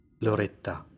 Loretta